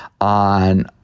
on